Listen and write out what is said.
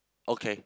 okay